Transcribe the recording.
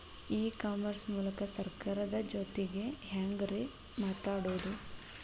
E commerce ಮೂಲಕ ಸರ್ಕಾರದ ಜೊತಿಗೆ ಹ್ಯಾಂಗ್ ರೇ ಮಾತಾಡೋದು?